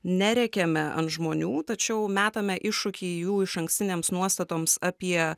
nerėkiame ant žmonių tačiau metame iššūkį jų išankstinėms nuostatoms apie